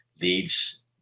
leads